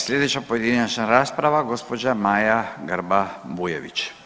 Slijedeća pojedinačna rasprava gđa. Maja Grba Bujević,